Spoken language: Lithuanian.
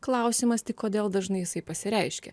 klausimas tik kodėl dažnai jisai pasireiškia